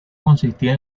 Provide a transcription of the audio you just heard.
consistía